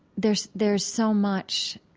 there's there's so much,